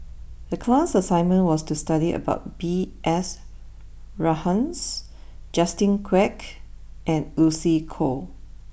the class assignment was to study about B S Rajhans Justin Quek and Lucy Koh